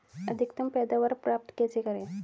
अधिकतम पैदावार प्राप्त कैसे करें?